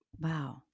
Wow